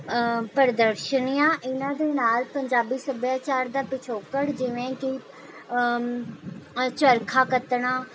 ਪ੍ਰਦਰਸ਼ਨੀਆਂ ਇਨ੍ਹਾਂ ਦੇ ਨਾਲ ਪੰਜਾਬੀ ਸੱਭਿਆਚਾਰ ਦਾ ਪਿਛੋਕੜ ਜਿਵੇਂ ਕਿ ਚਰਖਾ ਕੱਤਣਾ